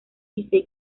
dice